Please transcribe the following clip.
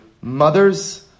mother's